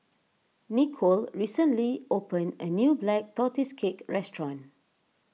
Nikole recently opened a new Black Tortoise Cake Restaurant